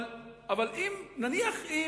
נניח אם